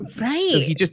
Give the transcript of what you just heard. Right